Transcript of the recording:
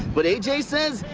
but a j says.